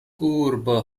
urbo